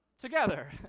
together